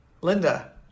linda